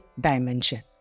dimension